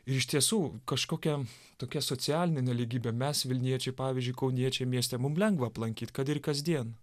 ir iš tiesų kažkokia tokia socialinė nelygybė mes vilniečiai pavyzdžiui kauniečiai mieste mum lengva aplankyt kad ir kasdien